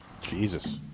Jesus